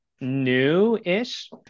new-ish